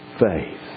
faith